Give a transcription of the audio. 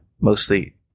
mostly